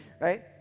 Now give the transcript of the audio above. right